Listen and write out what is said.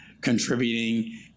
contributing